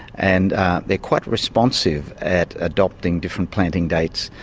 and they're quite responsive at adopting different planting dates,